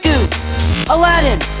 Aladdin